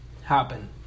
happen